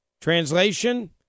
Translation